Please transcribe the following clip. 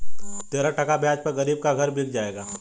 तेरह टका ब्याज पर गरीब का घर बिक जाएगा